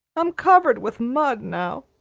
i'm covered with mud now.